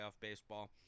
baseball